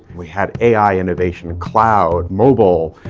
we had ai innovation, cloud, mobile,